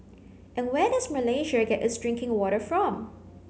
and where does Malaysia get its drinking water from